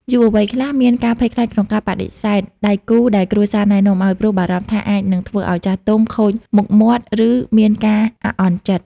យុវវ័យខ្លះមានការភ័យខ្លាចក្នុងការបដិសេធដៃគូដែលគ្រួសារណែនាំឱ្យ ព្រោះបារម្ភថាអាចនឹងធ្វើឱ្យចាស់ទុំខូចមុខមាត់ ឬមានការអាក់អន់ចិត្ត។